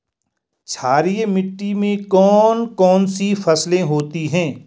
क्षारीय मिट्टी में कौन कौन सी फसलें होती हैं?